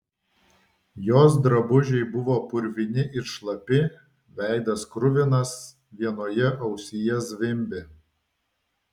jos drabužiai buvo purvini ir šlapi veidas kruvinas vienoje ausyje zvimbė